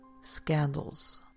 scandals